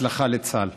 בהצלחה לצה"ל.